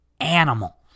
animal